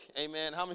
Amen